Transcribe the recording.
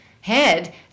head